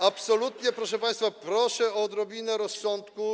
Absolutnie, proszę państwa, proszę o odrobinę rozsądku.